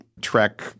trek